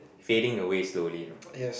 fading away slowly you know